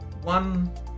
one